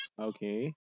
Okay